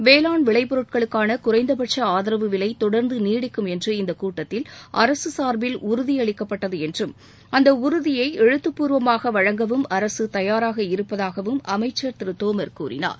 வேளாண் விளைபொருட்களுக்கான குறைந்தபட்ச ஆதரவு விலை தொடர்ந்து நீடிக்கும் என்று இந்த கூட்டத்தில் அரசு சார்பில் உறுதியளிக்கப்பட்டது என்றும் அந்த உறுதியை எழுத்துப்பூர்வமாக வழங்கவும் அரசு தயாராக இருப்பதாகவும் அமைச்சர் திரு தோமர் கூறினார்